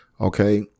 Okay